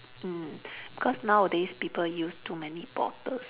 mm cause nowadays people use too many bottles already